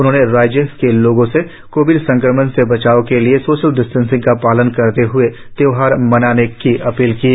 उन्होंने राज्य के लोगों से कोविड संक्रमण से बचाव के लिए सोशल डिस्टेंसिंग का पालन करते हुए त्योहार मनाने की भी अपील की है